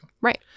Right